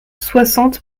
soixante